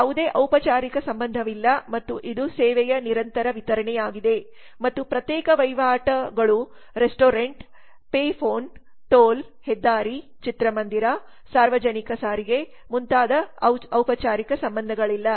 ಯಾವುದೇ ಔಪಚಾರಿಕ ಸಂಬಂಧವಿಲ್ಲ ಮತ್ತು ಆದರೆ ಇದು ಸೇವೆಯ ನಿರಂತರ ವಿತರಣೆಯಾಗಿದೆ ಮತ್ತು ಪ್ರತ್ಯೇಕ ವಹಿವಾಟುಗಳು ರೆಸ್ಟೋರೆಂಟ್ ಪೇ ಫೋನ್ ಟೋಲ್ ಹೆದ್ದಾರಿ ಚಿತ್ರಮಂದಿರ ಸಾರ್ವಜನಿಕ ಸಾರಿಗೆ ಮುಂತಾದ ಔಪಚಾರಿಕ ಸಂಬಂಧಗಳಲ್ಲ